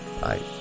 bye